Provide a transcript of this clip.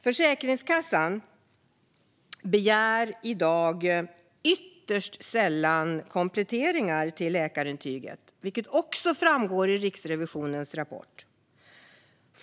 Försäkringskassan begär i dag ytterst sällan kompletteringar till läkarintyget, vilket också framgår av Riksrevisionens rapport.